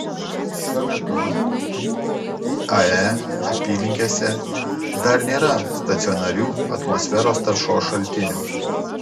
šiuo metu iae apylinkėse dar nėra stacionarių atmosferos taršos šaltinių